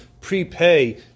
prepay